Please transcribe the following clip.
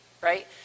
right